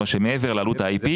מה שמעבר לעלות ה-IP,